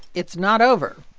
it's not over.